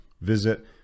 Visit